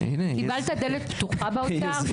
קיבלת דלת פתוחה באוצר?